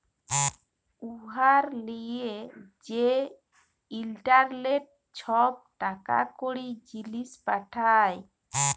উয়ার লিয়ে যে ইলটারলেটে ছব টাকা কড়ি, জিলিস পাঠায়